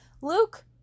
luke